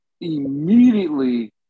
immediately